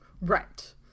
right